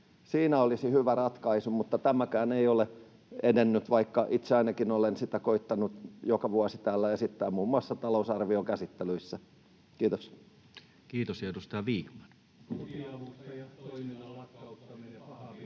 Siinä olisi hyvä ratkaisu, mutta tämäkään ei ole edennyt, vaikka ainakin itse olen sitä koettanut joka vuosi täällä esittää, muun muassa talousarvion käsittelyissä. — Kiitos. [Speech 202]